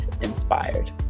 inspired